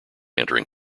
entering